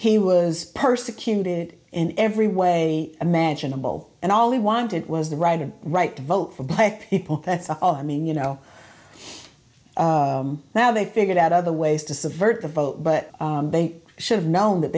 he was persecuted in every way imaginable and all he wanted was the right and right to vote for black people that's all i mean you know now they've figured out other ways to subvert the vote but they should've known that